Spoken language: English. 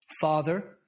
Father